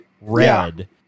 red